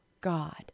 God